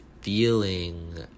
feeling